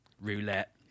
roulette